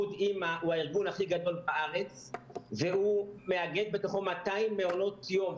איחוד א.מ.א הוא הארגון הכי גדול בארץ והוא מאגד בתוכו 200 מעונות יום,